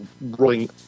rolling